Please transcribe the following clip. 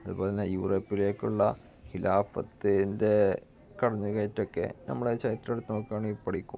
അതുപോലെ തന്നെ യൂറോപ്പിലേക്കുള്ള ഖിലാഫത്തിൻ്റെ കടന്നു കയറ്റമൊക്കെ നമ്മുടെ ചരിത്രമെടുത്തു നോക്കുകയാണെങ്കിൽ ഇപ്പടിക്കും